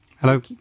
Hello